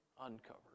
uncovered